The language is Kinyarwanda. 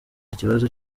ikibazo